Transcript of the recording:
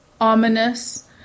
ominous